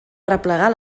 arreplegar